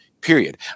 period